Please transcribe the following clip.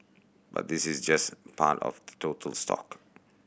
but this is just part of the total stock